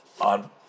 on